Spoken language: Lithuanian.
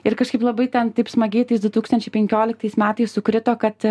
ir kažkaip labai ten taip smagiai tais du tūkstančiai penkioliktais metais sukrito kad